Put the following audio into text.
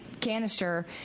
canister